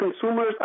consumers